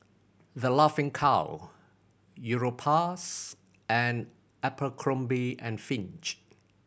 The Laughing Cow Europace and Abercrombie and Fitch